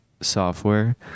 software